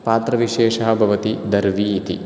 पात्रविशेषः भवति दर्वी इति